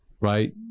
right